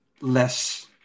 less